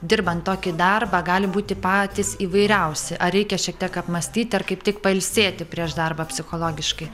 dirbant tokį darbą gali būti patys įvairiausi ar reikia šiek tiek apmąstyti ar kaip tik pailsėti prieš darbą psichologiškai